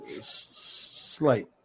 slight